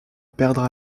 perdre